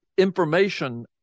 information